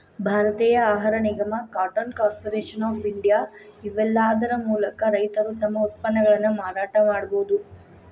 ಭಾರತೇಯ ಆಹಾರ ನಿಗಮ, ಕಾಟನ್ ಕಾರ್ಪೊರೇಷನ್ ಆಫ್ ಇಂಡಿಯಾ, ಇವೇಲ್ಲಾದರ ಮೂಲಕ ರೈತರು ತಮ್ಮ ಉತ್ಪನ್ನಗಳನ್ನ ಮಾರಾಟ ಮಾಡಬೋದು